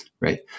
right